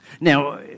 Now